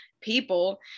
people